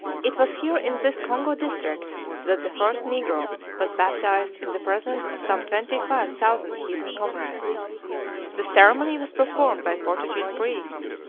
it was here in this congo district that the first negro was baptized in the presence of some twenty-five thousand heathen comrades. the ceremony was performed by portuguese priests,